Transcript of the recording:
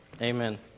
Amen